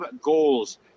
goals